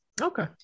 okay